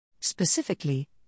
Specifically